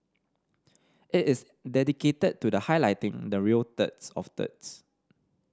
it is dedicated to the highlighting the real turds of turds